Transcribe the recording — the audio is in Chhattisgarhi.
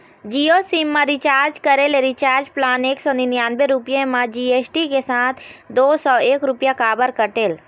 जियो सिम मा रिचार्ज करे ले रिचार्ज प्लान एक सौ निन्यानबे रुपए मा जी.एस.टी के साथ दो सौ एक रुपया काबर कटेल?